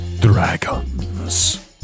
Dragons